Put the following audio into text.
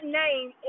name